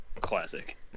Classic